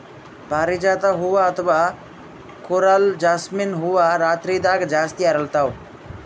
ಪಾರಿಜಾತ ಹೂವಾ ಅಥವಾ ಕೊರಲ್ ಜಾಸ್ಮಿನ್ ಹೂವಾ ರಾತ್ರಿದಾಗ್ ಜಾಸ್ತಿ ಅರಳ್ತಾವ